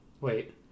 Wait